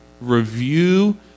review